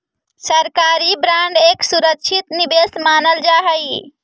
सरकारी बांड एक सुरक्षित निवेश मानल जा हई